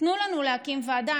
תנו לנו להקים ועדה,